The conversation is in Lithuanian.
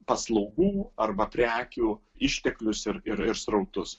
paslaugų arba prekių išteklius ir ir srautus